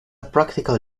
practical